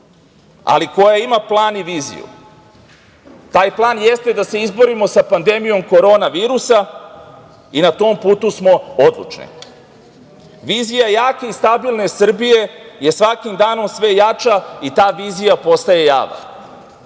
ali koja ima plan i viziju. Taj plan jeste da se izborimo sa pandemijom korona virusa i na tom putu smo odlučni. Vizija jake i stabilne Srbije je svakim danom sve jača i ta vizija postaje java.